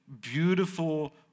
beautiful